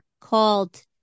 called